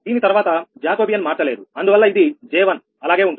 దీని తర్వాత జాకోబియన్ మార్చలేదు అందువల్ల ఇది J1 అలాగే ఉంటుంది